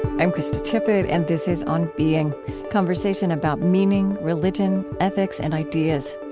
i'm krista tippett, and this is on being conversation about meaning, religion, ethics, and ideas.